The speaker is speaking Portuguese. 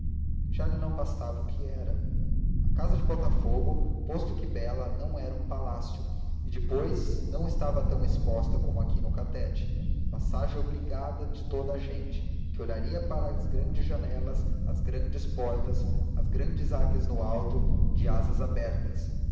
já lhe não bastava o que era a casa de botafogo posto que bela não era um palácio e depois não estava tão exposta como aqui no catete passagem obrigada de toda a gente que olharia para as grandes janelas as grandes portas as grandes águias no alto de asas abertas